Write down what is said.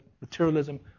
materialism